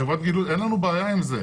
אין לנו בעיה עם חובת גילוי.